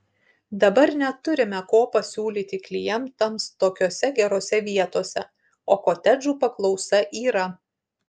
dabar neturime ko pasiūlyti klientams tokiose gerose vietose o kotedžų paklausa yra